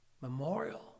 Memorial